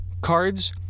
cards